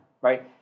right